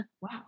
wow